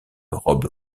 robe